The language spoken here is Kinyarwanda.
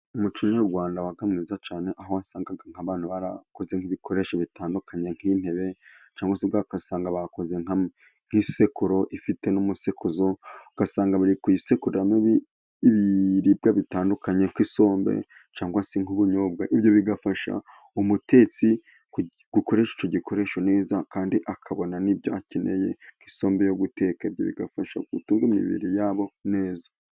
Umuco nyarwanda wabaga mwiza cyane, aho wasangaga nk'abantu barakoze nk'ibikoresho bitandukanye. Nk'intebe, cyangwa se ugasanga bakoze nk'isekuro ifite n'umusekuzo. Ugasanga bari kuyisekuriramo ibibiribwa bitandukanye nk'isombe cyangwa se nk'ubunyobwa. Ibyo bigafasha umutetsi gukoresha icyo gikoresho neza, kandi akabona n'ibyo akeneye nk' isombe yo guteka. Ibyo bigafasha gutunga imibiri yabo neza.